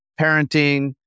parenting